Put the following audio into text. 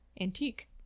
antique